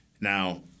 Now